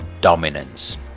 dominance